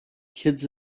kids